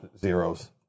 zeros